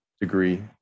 degree